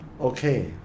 Okay